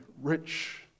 rich